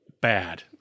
bad